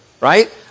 right